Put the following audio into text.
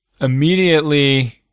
immediately